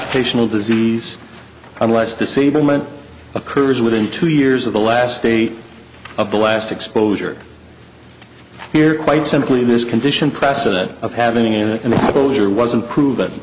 occupational disease unless disablement occurs within two years of the last state of the last exposure here quite simply this condition precedent of having in an earlier wasn't proven